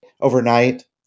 overnight